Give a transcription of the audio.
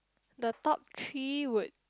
the top three would